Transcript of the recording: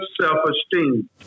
self-esteem